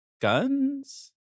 guns